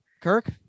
Kirk